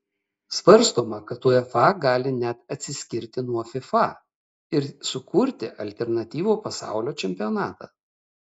svarstoma kad uefa gali net atsiskirti nuo fifa ir sukurti alternatyvų pasaulio čempionatą